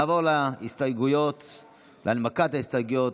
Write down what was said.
נעבור להנמקת ההסתייגויות.